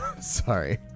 Sorry